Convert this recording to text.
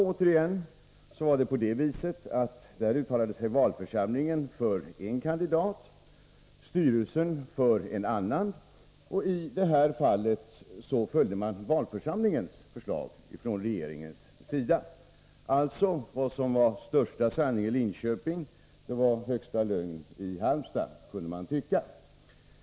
Även i Halmstad uttalade sig valförsamlingen för en kandidat och styrelsen för en annan, menii det fallet följde regeringen valförsamlingens förslag. Vad som var största sanning i Linköping var högsta lögn i Halmstad, kunde man tycka.